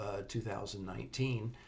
2019